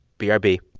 b r b